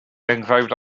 enghraifft